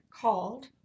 called